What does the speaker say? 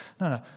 no